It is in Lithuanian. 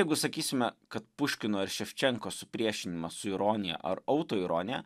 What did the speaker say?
jeigu sakysime kad puškino ir ševčenkos supriešinimas su ironija ar autoironija